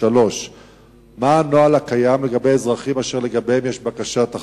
3. מה הוא הנוהל הקיים לגבי אזרחים אשר לגביהם יש בקשת הסגרה?